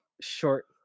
short